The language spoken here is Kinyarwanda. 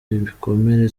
ibikomere